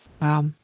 Wow